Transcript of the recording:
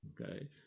Okay